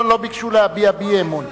חבר הכנסת חסון, לא ביקשו להביע בי אי-אמון.